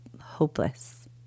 hopeless